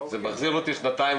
זה מחזיר אותי שנתיים